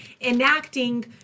enacting